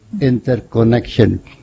interconnection